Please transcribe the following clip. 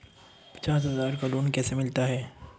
पचास हज़ार का लोन कैसे मिलता है?